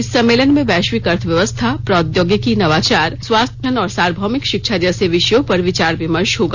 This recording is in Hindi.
इस सम्मेलन में वैश्विक अर्थव्यवस्था प्रौद्योगिकी नवाचार स्वास्थ्य पर्यावास संरक्षण और सार्वभौमिक शिक्षा जैसे विषयों पर विचार विमर्श होगा